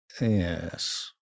Yes